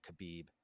Khabib